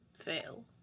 fail